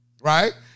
Right